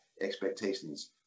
expectations